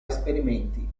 esperimenti